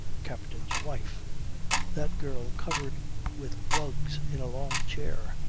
captain's wife that girl covered with rugs in a long chair.